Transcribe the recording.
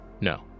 No